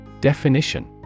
Definition